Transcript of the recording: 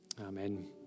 Amen